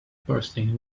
bursting